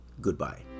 goodbye